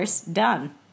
done